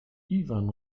iwan